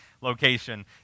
location